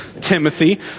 Timothy